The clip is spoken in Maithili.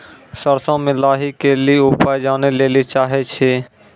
सरसों मे लाही के ली उपाय जाने लैली चाहे छी?